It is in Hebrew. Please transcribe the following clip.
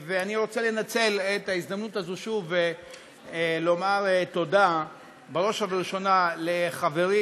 אני רוצה לנצל את ההזדמנות הזאת שוב לומר תודה בראש ובראשונה לחברי